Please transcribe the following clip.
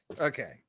okay